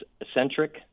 eccentric